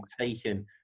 taken